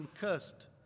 cursed